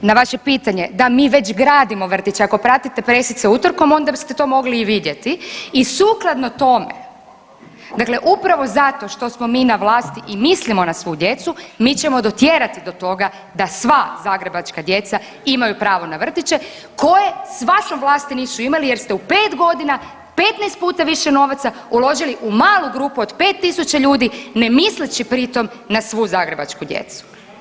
Na vaše pitanje, da mi već gradimo vrtiće, ako pratite pressice utorkom onda ste to mogli i vidjeti i sukladno tome, dakle upravo zato što smo mi na vlasti i mislimo na svu djecu mi ćemo dotjerati do toga da sva zagrebačka djeca imaju pravo na vrtiće koje s vašom vlasti nisu imali jer ste u 5 godina 15 puta više novaca uložili u malu grupu od 5.000 ljudi ne misleći pri tom na svu zagrebačku djecu.